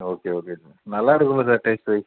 okay okay sir நல்லாருக்கும்ல sir taste wise